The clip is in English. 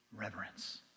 reverence